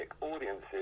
audiences